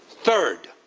third,